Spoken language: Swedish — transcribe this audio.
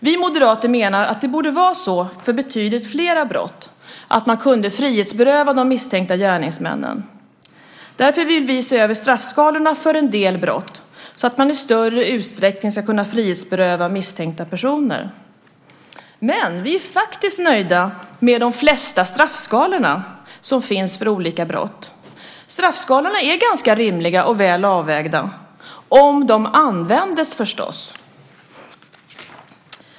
Vi moderater menar att det borde vara så för betydligt fler brott, det vill säga att man kunde frihetsberöva de misstänkta gärningsmännen. Därför vill vi se över straffskalorna för en del brott så att man i större utsträckning ska kunna frihetsberöva misstänkta personer. Men vi är faktiskt nöjda med de flesta straffskalor som finns för olika brott. Straffskalorna är ganska rimliga och väl avvägda, om de användes, förstås!